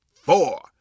four